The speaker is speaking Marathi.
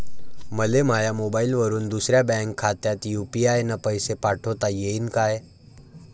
मले माह्या मोबाईलवरून दुसऱ्या बँक खात्यात यू.पी.आय न पैसे पाठोता येईन काय?